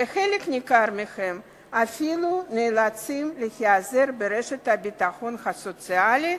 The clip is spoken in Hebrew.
וחלק ניכר מהם אפילו נאלצים להיעזר ברשת הביטחון הסוציאלי,